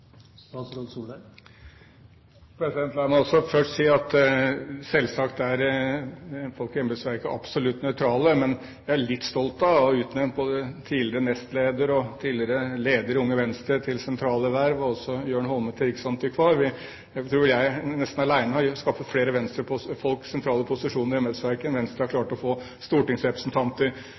La meg først si at selvsagt er folk i embetsverket absolutt nøytrale, men jeg er litt stolt av å ha utnevnt både tidligere nestleder og tidligere leder i Unge Venstre til sentrale verv og også Jørn Holme til riksantikvar. Jeg tror jeg nesten alene har skaffet flere Venstre-folk sentrale posisjoner i embetsverket enn Venstre har klart å få stortingsrepresentanter.